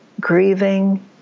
grieving